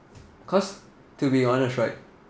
cause to be honest right